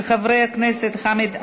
של חברי הכנסת חמד עמאר,